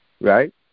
right